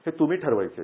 हे तुम्ही ठरवायचं